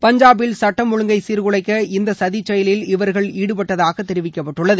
பஞ்சாபில் சட்டம் சீர்குலைக்க இந்த சதி செயலில் இவர்கள் ஒழுங்கை ஈடுபட்டதாக தெரிவிக்கப்பட்டுள்ளது